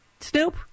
Snoop